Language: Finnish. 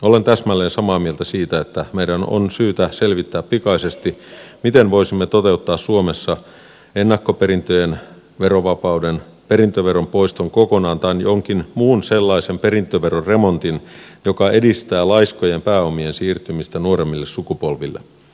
olen täsmälleen samaa mieltä siitä että meidän on syytä selvittää pikaisesti miten voisimme toteuttaa suomessa ennakkoperintöjen verovapauden perintöveron poiston kokonaan tai jonkin muun sellaisen perintöveron remontin joka edistää laiskojen pääomien siirtymistä nuoremmille sukupolville